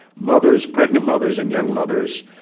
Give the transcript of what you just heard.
mothers, pregnant mothers and young mothers,